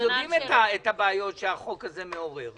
אתם יודעים את הבעיות שהחוק הזה מעורר.